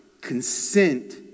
Consent